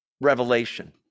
revelation